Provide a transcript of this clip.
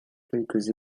quelques